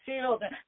children